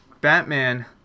Batman